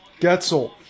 Getzel